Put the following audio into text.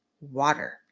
water